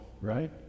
right